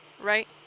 right